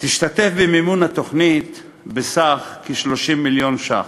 תשתתף במימון התוכנית בסך כ-30 מיליון ש"ח.